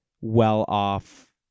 well-off